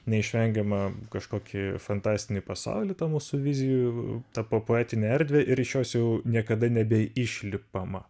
neišvengiamą kažkokį fantastinį pasaulį tą mūsų vizijų tą po poetinę erdvę ir šios jau niekada nebeišlipama